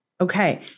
Okay